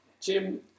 Jim